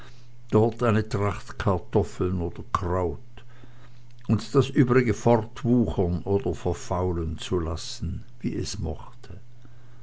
dort eine tracht kartoffeln oder kraut und das übrige fortwuchern oder verfaulen zu lassen wie es mochte